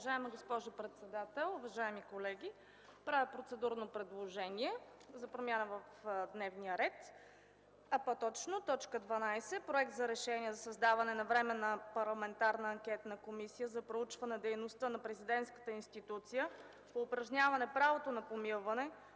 Уважаема госпожо председател, уважаеми колеги! Правя процедурно предложение за промяна в дневния ред, а по-точно т. 12 – Проект за решение за създаване на Временна парламентарна анкетна комисия за проучване дейността на президентската институция по упражняване правото на помилване,